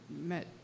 met